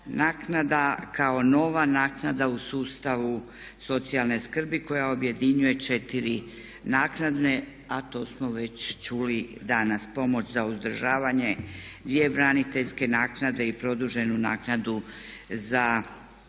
naknada kao nova naknada u sustavu socijalne skrbi koja objedinjuje 4 naknade a to smo već čuli danas. Pomoć za uzdržavanje, 2 braniteljske naknade i produženu naknadu za zaposlene.